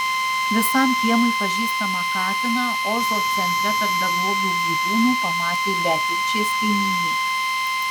visam kiemui pažįstamą katiną ozo centre tarp beglobių gyvūnų pamatė beatričės kaimynė